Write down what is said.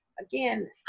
again